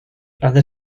other